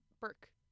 burke